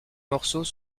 morceaux